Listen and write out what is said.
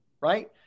right